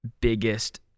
biggest